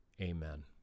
amen